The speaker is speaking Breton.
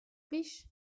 plij